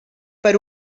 per